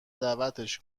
دعوتش